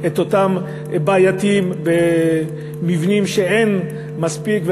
את אותם בעייתיים במבנים, אין מספיק.